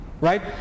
right